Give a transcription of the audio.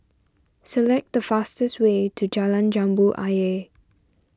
select the fastest way to Jalan Jambu Ayer